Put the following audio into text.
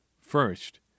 First